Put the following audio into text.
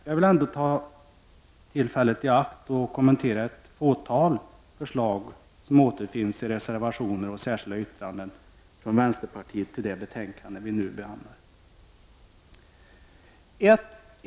Jag vill ändå ta tillfället i akt och något kommentera ett fåtal förslag som återfinns i reservationer och särskilda yttranden från vänsterpartiet till det betänkande som vi nu behandlar.